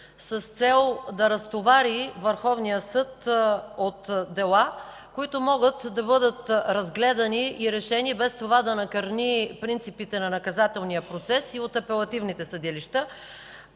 с цел да разтовари Върховния съд от дела, които могат да бъдат разгледани и решени, без това да накърни принципите на наказателния процес и от апелативните съдилища.